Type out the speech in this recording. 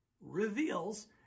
reveals